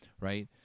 right